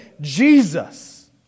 Jesus